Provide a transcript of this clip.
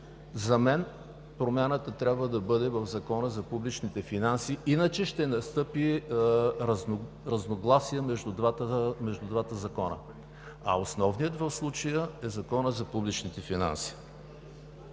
За мен промяната трябва да бъде в Закона за публичните финанси. Иначе ще настъпи разногласие между двата закона. Основният в случая е Законът за публичните финанси.